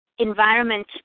Environment